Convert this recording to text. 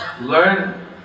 learn